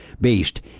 based